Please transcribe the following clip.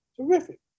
terrific